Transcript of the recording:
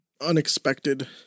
unexpected